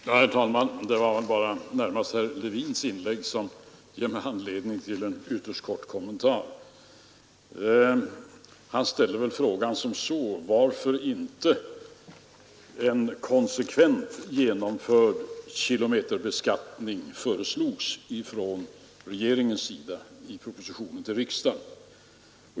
Herr talman! Det är närmast herr Levins inlägg som ger mig anledning till en ytterst kort kommentar. Han ställer frågan varför inte en konsekvent genomförd kilometerbeskattning föreslogs ifrån regeringens sida i proposition till riksdagen.